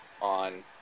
on